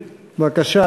בבקשה,